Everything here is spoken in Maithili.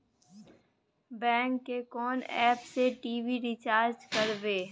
बैंक के कोन एप से टी.वी रिचार्ज करबे?